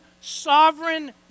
sovereign